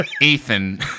Ethan